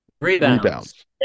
Rebounds